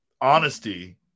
honesty